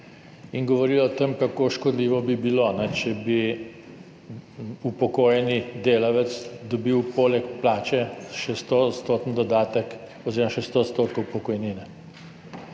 in govorila o tem, kako škodljivo bi bilo, če bi upokojeni delavec dobil poleg plače še stoodstoten dodatek oziroma še sto odstotkov pokojnine.